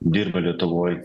dirba lietuvoj